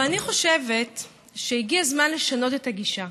אבל אני חושבת שהגיע הזמן לשנות את הגישה